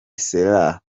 selassie